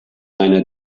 einer